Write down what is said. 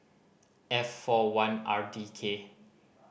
F four one R D K